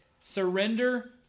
surrender